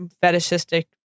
fetishistic